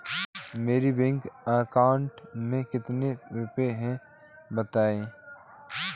मेरे bank account में कितने रुपए हैं बताएँ?